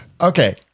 Okay